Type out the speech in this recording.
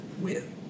Win